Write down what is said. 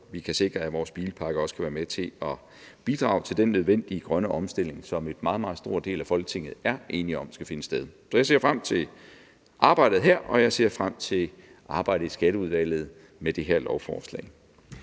vi kan sikre, at vores bilpark også kan være med til at bidrage til den nødvendige grønne omstilling, som en meget, meget stor del af Folketinget er enige om skal finde sted. Så jeg ser frem til arbejdet her, og jeg ser frem til arbejdet i Skatteudvalget med det her lovforslag.